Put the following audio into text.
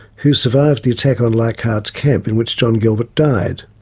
who survived the attack on leichhardt's camp in which john gilbert died.